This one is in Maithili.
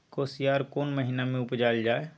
कोसयार कोन महिना मे उपजायल जाय?